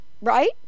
Right